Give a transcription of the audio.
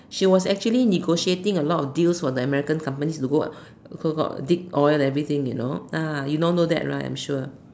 he was actually negotiating a lot of deals for the American companies to go to so called dig oil everything you know ah you don't know that right I'm sure